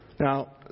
Now